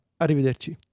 arrivederci